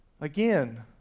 Again